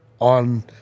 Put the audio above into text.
on